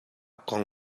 kong